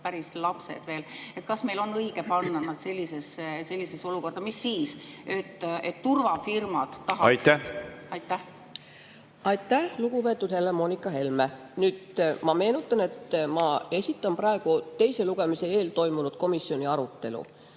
päris lapsed veel. Kas meil on õige panna nad sellisesse olukorda, mis siis et turvafirmad tahaksid? Aitäh, lugupeetud Helle-Moonika Helme! Ma meenutan, et ma esitan praegu teise lugemise eel toimunud komisjoni arutelu.